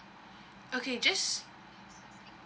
okay just